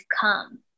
come